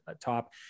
top